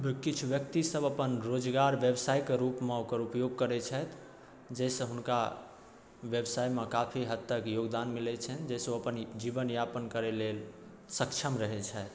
किछु व्यक्तिसब अपन रोजगार बेवसाइके रूपमे ओकर उपयोग करै छथि जाहिसँ हुनका बेवसाइमे काफी हद तक योगदान मिलै छनि जाहिसँ ओ अपन जीवनयापन करै लेल सक्षम रहै छथि